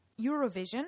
Eurovision